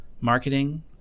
marketing